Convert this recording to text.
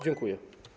Dziękuję.